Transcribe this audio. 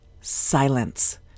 Silence